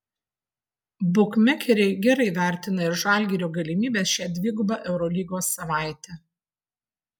bukmekeriai gerai vertina ir žalgirio galimybes šią dvigubą eurolygos savaitę